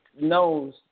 knows